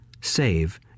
save